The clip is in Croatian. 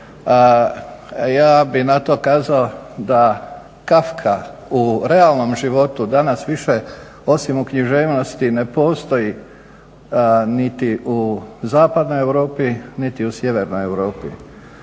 ja bih na to kazao da Kafka u realnom životu danas više osim u književnosti ne postoji niti u zapadnoj Europi niti u sjevernoj Europi.